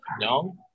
No